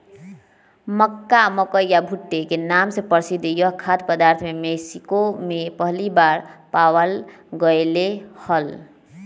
मक्का, मकई या भुट्टे के नाम से प्रसिद्ध यह खाद्य पदार्थ मेक्सिको में पहली बार पावाल गयले हल